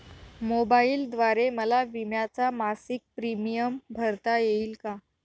मोबाईलद्वारे मला विम्याचा मासिक प्रीमियम भरता येईल का?